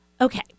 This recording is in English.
Okay